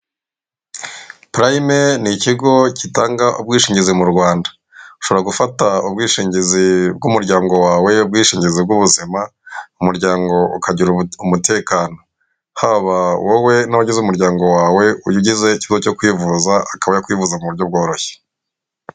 Purayime n'ikigo gitanga ubwishingizi mu Rwanda, ushobora gufata ubwishingizi bw'umuryango wawe, ubwishingizi bw'ubuzima umuryango ukagira umutekano haba wowe n'abagize umuryango wawe uyigizweho n'ikigo cyo kwivuza akaba yakwivuza m'uburyo bworoshye.